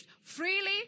Freely